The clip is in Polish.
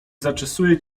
zaczesuje